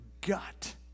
gut